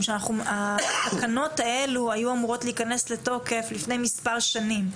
משום שהתקנות האלה היו אמורות להיכנס לתוקף לפני מספר שנים.